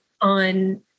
on